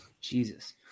Jesus